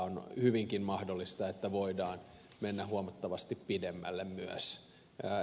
on hyvinkin mahdollista että voidaan mennä huomattavasti pidemmälle myös